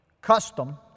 custom